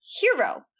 hero